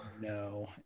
no